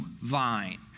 vine